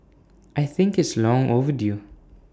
I think it's long overdue